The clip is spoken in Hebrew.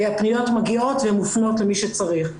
הפניות מגיעות ומופנות למי שצריך.